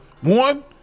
one